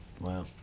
Wow